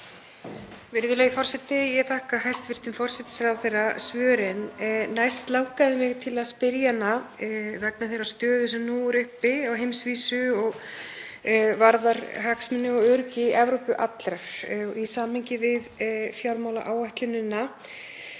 Virðulegi forseti. Ég þakka hæstv. forsætisráðherra svörin. Næst langaði mig til að spyrja hana um þá stöðu sem nú er uppi á heimsvísu og varðar hagsmuni og öryggi Evrópu allrar í samhengi við fjármálaáætlunina.